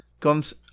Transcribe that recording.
comes